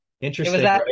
Interesting